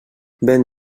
vent